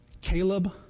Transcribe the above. Caleb